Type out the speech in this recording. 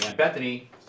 Bethany